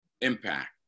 impact